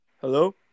Hello